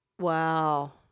Wow